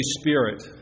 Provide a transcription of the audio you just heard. Spirit